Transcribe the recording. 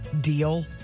deal